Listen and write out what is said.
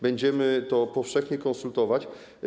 Będziemy to powszechnie konsultować.